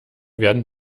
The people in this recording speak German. werden